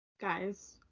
Guys